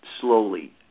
slowly